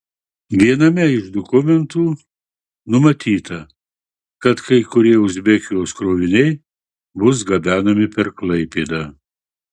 viename iš dokumentų numatyta kad kai kurie uzbekijos kroviniai bus gabenami per klaipėdą